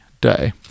day